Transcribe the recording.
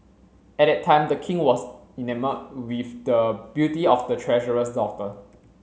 at that time the king was enamoured with the beauty of the treasurer's daughter